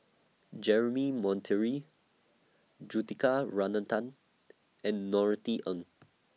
Jeremy Monteiro Juthika and Norothy Ng